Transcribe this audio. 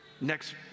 Next